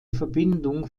verbindung